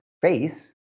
face